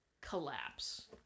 collapse